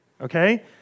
okay